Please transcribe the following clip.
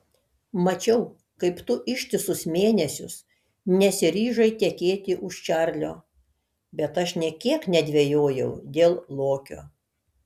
mačiau kaip tu ištisus mėnesius nesiryžai tekėti už čarlio bet aš nė kiek nedvejojau dėl lokio